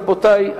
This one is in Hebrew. רבותי,